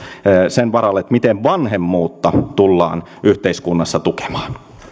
sen varalle miten vanhemmuutta tullaan yhteiskunnassa tukemaan